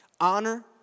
Honor